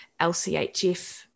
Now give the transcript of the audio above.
LCHF